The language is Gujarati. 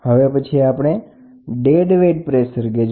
ત્યાર પછીનો પ્રકાર આપણે ડેડ વેઇટ પ્રેશર ગેજ છે